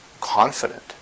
confident